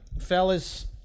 fellas